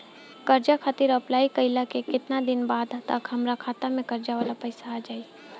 कर्जा खातिर अप्लाई कईला के केतना दिन बाद तक हमरा खाता मे कर्जा वाला पैसा आ जायी?